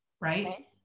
right